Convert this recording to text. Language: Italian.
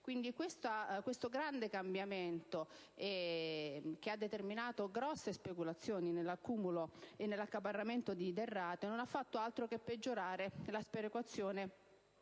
Quindi, questo grande cambiamento, che ha determinato grosse speculazioni nell'accumulo e nell'accaparramento di derrate, non ha fatto altro che peggiorare la sperequazione